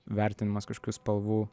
vertinamas kažkių spalvų